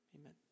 amen